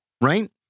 Right